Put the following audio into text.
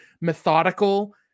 methodical